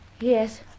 Yes